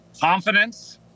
confidence